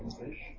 fish